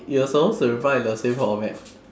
you are supposed to reply in the same format